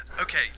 Okay